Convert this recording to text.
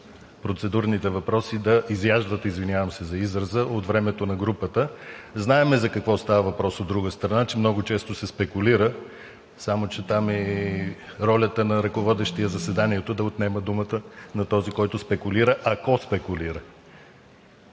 процедурните въпроси да изяждат – извинявам се за израза – от времето на групата. Знаем за какво става въпрос, от друга страна – че много често се спекулира. Само че там е ролята на ръководещия заседанието – да отнема думата на този, който спекулира, ако спекулира.